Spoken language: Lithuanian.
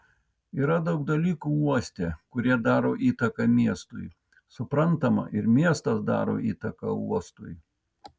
yra daug dalykų uoste kurie daro įtaką miestui suprantama ir miestas daro įtaką uostui